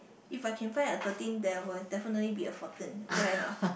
if I can find a thirteen there will definitely be a fourteen correct or not